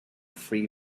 free